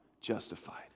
justified